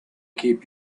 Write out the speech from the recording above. keep